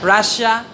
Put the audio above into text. Russia